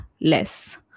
less